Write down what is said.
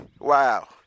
wow